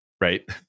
right